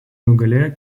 nugalėjo